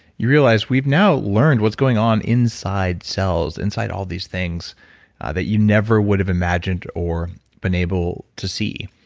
you realize we've now learned what's going on inside cells, inside all these things that you never would have imagined or been able to see.